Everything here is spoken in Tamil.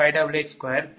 4665882 2